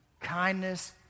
kindness